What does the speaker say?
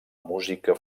música